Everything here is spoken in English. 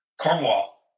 Cornwall